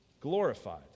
glorified